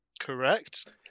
correct